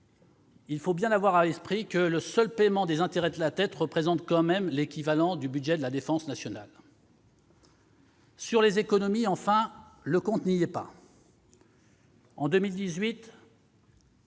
Il faut bien avoir à l'esprit que le seul paiement des intérêts de la dette représente quand même l'équivalent du budget de la défense nationale ! Enfin, sur les économies, le compte n'y est pas. En 2018,